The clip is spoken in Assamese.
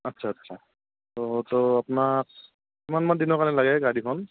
আচ্ছা আচ্ছা তো তো আপোনাক কিমান মান দিনৰ কাৰণে লাগে গাড়ীখন